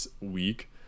Week